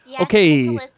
Okay